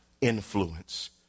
influence